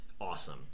awesome